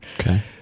Okay